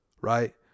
Right